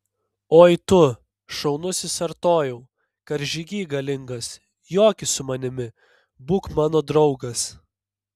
oi tu šaunusis artojau karžygy galingas joki su manimi būk mano draugas